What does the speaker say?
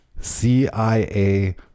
CIA